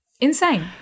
Insane